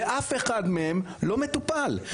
ואף אחד מהם לא מטופל,